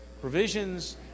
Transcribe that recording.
provisions